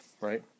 right